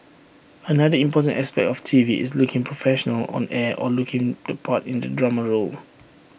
another important aspect of T V is looking professional on air or looking the part in A drama role